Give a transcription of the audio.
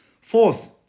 Fourth